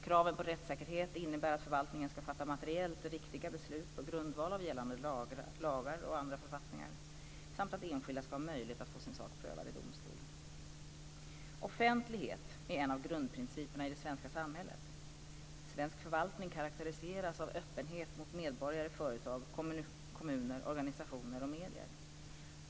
Kraven på rättssäkerhet innebär att förvaltningen ska fatta materiellt riktiga beslut på grundval av gällande lagar och andra författningar samt att enskilda ska ha möjlighet att få sin sak prövad i domstol. Offentlighet är en av grundprinciperna i det svenska samhället. Svensk förvaltning karakteriseras av öppenhet mot medborgare, företag, kommuner, organisationer och medier.